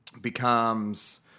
becomes